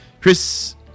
Chris